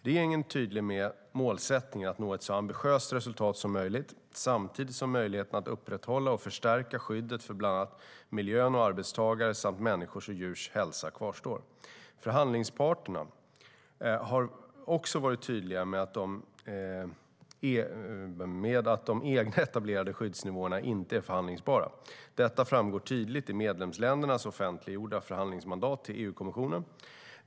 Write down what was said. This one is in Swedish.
Regeringen är tydlig med målsättningen att nå ett så ambitiöst resultat som möjligt, samtidigt som möjligheten att upprätthålla och förstärka skyddet för bland annat miljön och arbetstagare samt människors och djurs hälsa kvarstår. Förhandlingsparterna har också varit tydliga med att de egna etablerade skyddsnivåerna inte är förhandlingsbara. Detta framgår tydligt i medlemsländernas offentliggjorda förhandlingsmandat till EU-kommissionen.